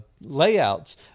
layouts